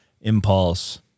Impulse